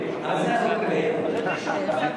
עשר שנים, בסדר, מאיר.